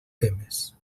temes